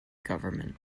government